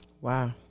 Wow